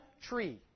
tree